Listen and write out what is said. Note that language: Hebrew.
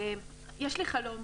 יש לי חלום,